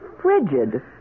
frigid